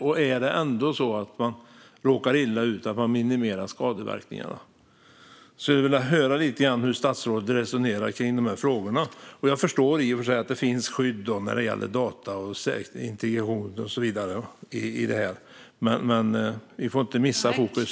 Om en förare ändå råkar illa ut ska skadeverkningarna minimeras. Jag skulle vilja höra hur statsrådet resonerar i dessa frågor. Jag förstår att det finns skydd för data, integritet och så vidare, men vi får inte missa fokus.